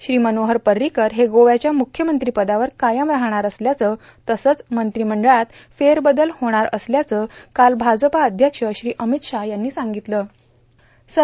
श्री मनोहर पर्रीकर हे गोव्याच्या मुख्यमंत्रिपदावर कायम राहणार असल्याचं तसंच मंत्रिमंडळात फेरबदल होणार असल्याचं काल भाजपाध्यक्ष श्री अमित शाह यांनी सांगितलं होतं